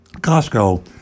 Costco